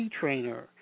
trainer